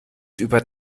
über